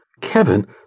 Kevin